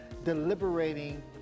deliberating